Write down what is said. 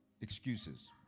excuses